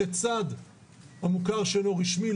לצד המוכר שאינו רשמי,